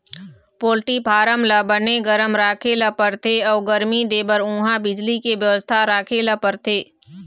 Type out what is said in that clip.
poultry farm ल बने गरम राखे ल परथे अउ गरमी देबर उहां बिजली के बेवस्था राखे ल परथे